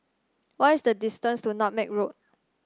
what is the distance to Nutmeg Road